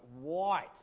white